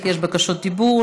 אך יש בקשות דיבור.